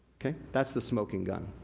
that's the smoking gun.